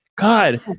god